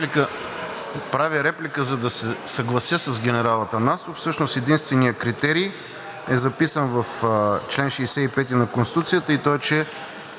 Правя реплика, за да се съглася с генерал Атанасов. Всъщност единственият критерий е записан в чл. 65 на Конституцията и той е,